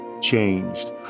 Changed